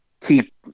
keep